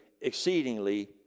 exceedingly